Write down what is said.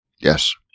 yes